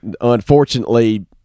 Unfortunately